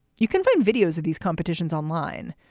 you can find videos of these competitions online.